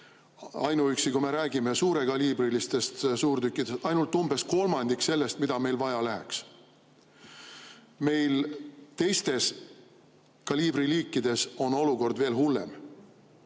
ainuüksi suurekaliibrilistest suurtükkidest –, ainult umbes kolmandik sellest, mida meil vaja läheks. Meil teistes kaliibriliikides on olukord veel hullem.